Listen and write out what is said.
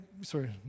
sorry